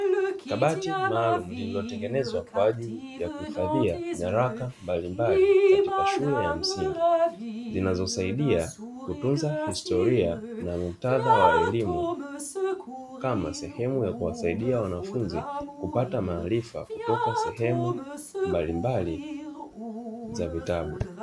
Kabati maalumu lililotengenezwa kwa ajili ya kuhifadhia nyaraka mbalimbali katika shule ya msingi, zinazosaidia kutunza historia na mtaala wa elimu kama sehemu ya kuwasaidia wanafunzi kupata maarifa kutoka sehemu mbalimbali za vitabu.